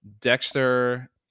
Dexter